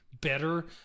better